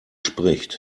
spricht